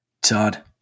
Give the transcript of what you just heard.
Todd